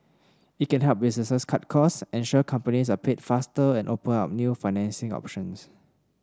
it can help businesses cut costs ensure companies are paid faster and open up new financing options